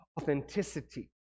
Authenticity